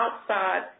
outside